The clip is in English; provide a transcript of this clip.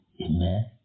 Amen